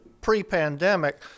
pre-pandemic